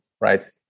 right